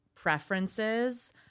preferences